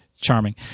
charming